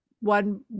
one